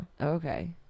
Okay